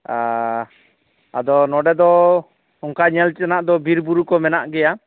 ᱟᱨ ᱟᱫᱚ ᱱᱚᱰᱮ ᱫᱚ ᱚᱱᱠᱟ ᱧᱮᱞ ᱛᱮᱱᱟᱜ ᱫᱚ ᱵᱤᱨ ᱵᱩᱨᱩ ᱠᱚ ᱢᱮᱱᱟᱜ ᱜᱮᱭᱟ